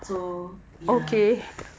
so ya lah